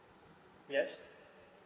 yes